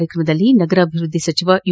ಕಾರ್ಯಕ್ರಮದಲ್ಲಿ ನಗರಾಭಿವೃದ್ದಿ ಸಚಿವ ಯು